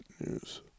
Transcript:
news